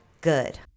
good